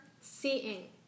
seeing